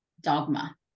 dogma